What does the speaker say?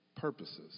purposes